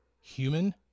human